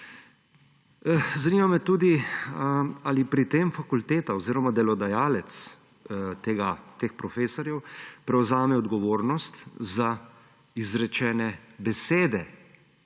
Zanima me tudi: Ali pri tem fakulteta oziroma delodajalec teh profesorjev prevzame odgovornost za izrečene besede